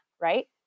Right